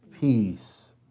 Peace